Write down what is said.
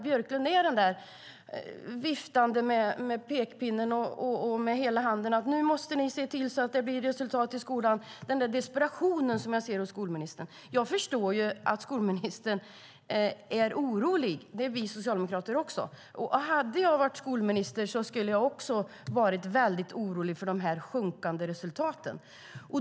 Björklund är den som viftar med pekpinnen och pekar med hela handen att nu måste ni se till så att det blir resultat i skolan; den där desperationen som jag ser hos skolministern. Jag förstår att skolministern är orolig. Det är vi socialdemokrater också. Hade jag varit skolminister skulle jag också ha varit väldigt orolig för de sjunkande resultaten.